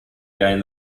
gain